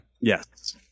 Yes